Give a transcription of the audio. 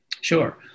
Sure